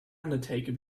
undertaker